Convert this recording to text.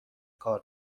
کار